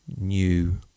new